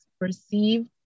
perceived